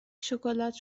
شکلات